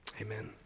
Amen